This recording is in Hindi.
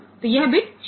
तो यह बिट 0 होगा